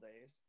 days